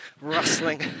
rustling